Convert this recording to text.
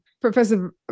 Professor